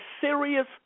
serious